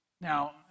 Now